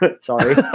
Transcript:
sorry